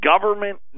government